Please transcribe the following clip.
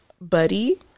Buddy